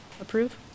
approve